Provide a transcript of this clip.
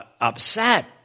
upset